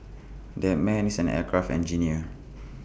that man is an aircraft engineer